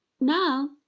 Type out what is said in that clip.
Now